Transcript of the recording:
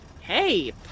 Hey